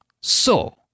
So